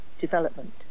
development